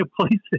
places